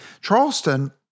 Charleston